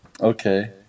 Okay